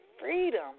freedom